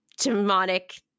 demonic